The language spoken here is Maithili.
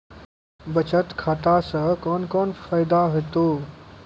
बचत खाता सऽ कून कून फायदा हेतु?